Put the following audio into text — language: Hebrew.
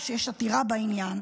או שיש עתירה בעניין.